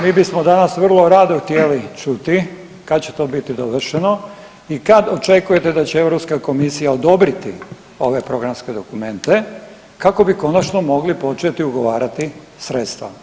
Mi bismo danas vrlo rado htjeli čuti kad će to biti dovršeno i kad očekujete da će Europska komisija odobriti ove programske dokumente kako bi konačno mogli početi ugovarati sredstva.